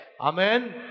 Amen